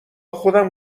خودم